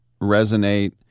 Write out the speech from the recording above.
resonate